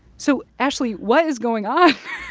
so, ashlee, what is going on?